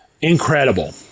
Incredible